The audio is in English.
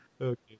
Okay